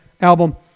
album